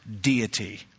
deity